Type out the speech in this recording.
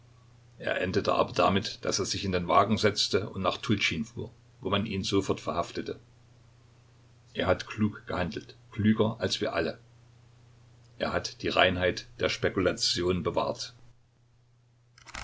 er endete aber damit daß er sich in den wagen setzte und nach tultschin fuhr wo man ihn sofort verhaftete er hat klug gehandelt klüger als wir alle er hat die reinheit der spekulation bewahrt